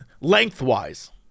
lengthwise